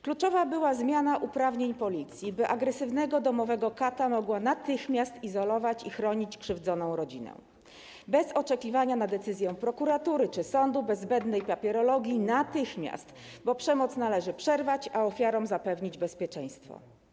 Kluczowa była zmiana uprawnień policji, by agresywnego domowego kata mogła natychmiast izolować i chronić krzywdzoną rodzinę bez oczekiwania na decyzję prokuratury czy sądów, bez zbędnej papierologii - natychmiast, bo przemoc należy przerwać, a ofiarom zapewnić bezpieczeństwo.